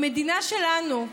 במדינה שלנו,